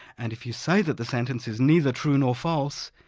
and if you say that the sentence is neither true nor false,